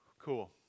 cool